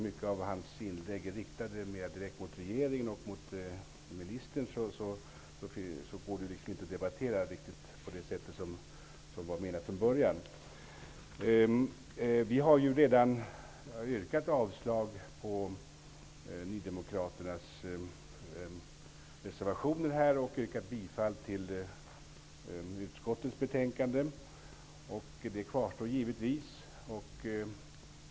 Mycket av Lars Moquists anförande var riktat direkt mot regeringen och mininstern, men det gick ju nu inte att debattera som det var menat från början. Vi har ju redan yrkat avslag på nydemokraternas reservationer och yrkat bifall till utskottets hemställan. Det kvarstår givetvis.